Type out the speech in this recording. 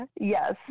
Yes